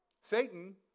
Satan